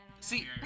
See